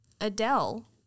Adele